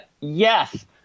Yes